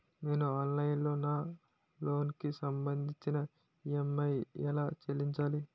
నేను ఆన్లైన్ లో నా లోన్ కి సంభందించి ఈ.ఎం.ఐ ఎలా చెల్లించాలి?